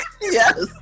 yes